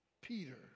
Peter